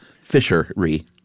fishery